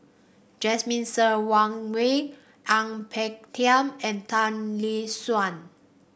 Jasmine Ser Wang Wei Ang Peng Tiam and Tan Lee Suan